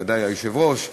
ודאי היושב-ראש,